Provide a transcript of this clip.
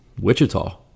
Wichita